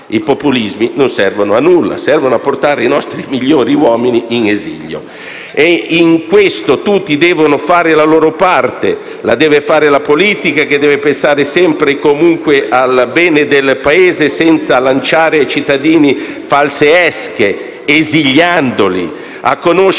I populismi non servono a nulla se non a portare i nostri uomini migliori in esilio. In questo, tutti devono fare la loro parte: la politica, che deve pensare sempre e comunque al bene del Paese, senza lanciare ai cittadini false esche, portandoli a conoscere